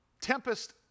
Tempest